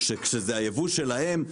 כשזה הייבוא שלהן,